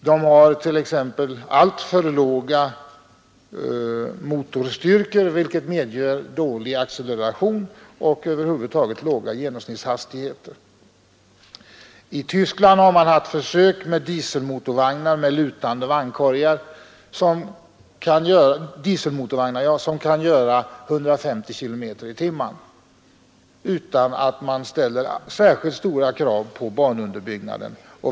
De har t.ex. alltför låg motorstyrka, vilket medför dålig acceleration och låga genomsnittshastigheter över huvud taget. I Tyskland har man gjort försök med dieselmotorvagnar med lutande vagnkorgar, och de vagnarna kan köra 150 kilometer i timmen utan att man behöver ställa särskilt höga krav på banunderbyggnaden.